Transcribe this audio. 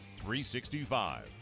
365